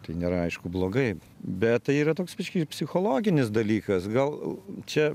tai nėra aišku blogai bet tai yra toks biškį psichologinis dalykas gal čia